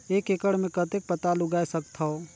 एक एकड़ मे कतेक पताल उगाय सकथव?